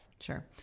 Sure